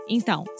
Então